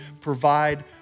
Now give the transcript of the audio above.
provide